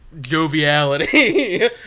joviality